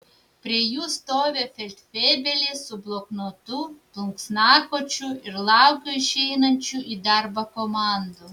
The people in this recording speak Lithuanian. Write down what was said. prie jų stovi feldfebelis su bloknotu plunksnakočiu ir laukia išeinančių į darbą komandų